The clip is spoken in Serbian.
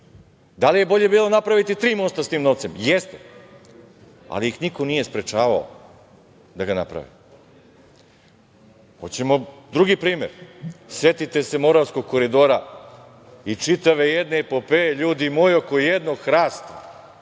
Da li je bolje bilo napraviti tri mosta sa tim novcem? Jeste, ali ih niko nije sprečavao da ga naprave. Hoćemo li drugi primer? Setite se Moravskog koridora i čitave jedne epopeje, ljudi moji, oko jednog hrasta,